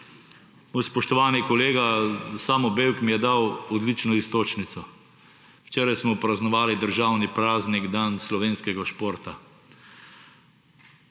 Spoštovani kolega Samo Bevk mi je dal odlično iztočnico. Včeraj smo praznovali državni praznik dan slovenskega športa,